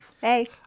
Hey